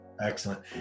excellent